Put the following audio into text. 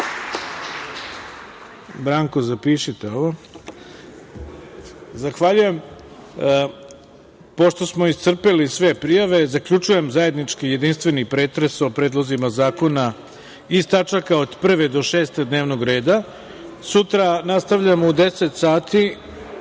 **Ivica Dačić** Hvala. Pošto smo iscrpeli sve prijave, zaključujem zajednički jedinstveni pretres o predlozima zakona iz tačaka od 1. do 6. dnevnog reda. Sutra nastavljamo u 10,00 sati,